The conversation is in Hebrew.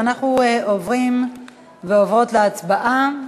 אנחנו עוברים ועוברות להצבעה.